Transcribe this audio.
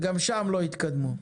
וגם שם לא התקדמו.